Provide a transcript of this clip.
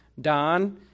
Don